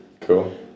Cool